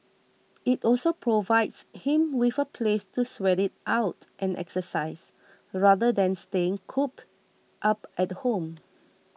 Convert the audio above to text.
it also provides him with a place to sweat it out and exercise rather than staying cooped up at home